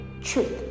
truth